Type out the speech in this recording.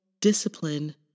discipline